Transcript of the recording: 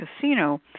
casino